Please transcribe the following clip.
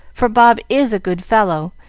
for bob is a good fellow,